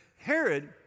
Herod